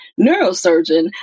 neurosurgeon